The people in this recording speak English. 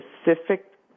specific